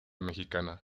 mexicana